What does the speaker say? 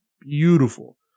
beautiful